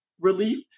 relief